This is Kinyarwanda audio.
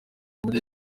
muri